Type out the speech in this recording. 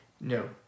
No